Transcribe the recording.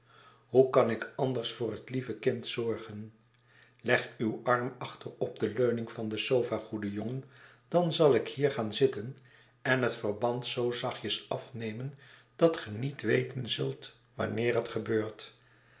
hoe kan ik anders voor het lieve kind zorgen leg uw arm achter op de leuning van de sofa goede jongen dan zal ik hier gaan zitten en het verband zoo zachtjes afnemen dat ge niet weten zult wanneer het gebeurt